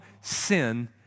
sin